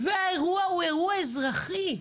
אז האירוע הוא אירוע אזרחי,